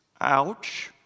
ouch